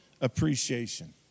appreciation